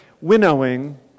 winnowing